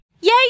Yay